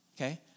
Okay